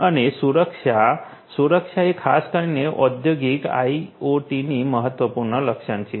અને સુરક્ષા સુરક્ષા એ ખાસ કરીને ઔદ્યોગિક આઇઓટીની મહત્વપૂર્ણ લક્ષણ છે